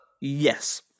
Yes